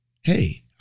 hey